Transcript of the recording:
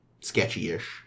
sketchy-ish